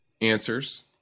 answers